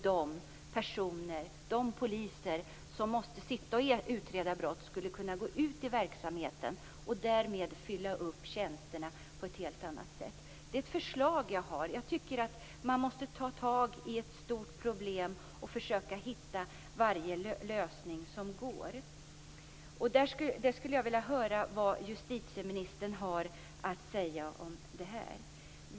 De poliser som nu sitter och utreder brott skulle kunna gå ut i verksamheten och därmed fylla upp tjänsterna på ett helt annat sätt. Det är ett förslag. Man måste ta tag i ett stort problem och försöka hitta varje lösning som finns. Jag vill höra vad justitieministern har att säga om det.